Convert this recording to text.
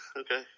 Okay